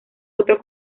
otro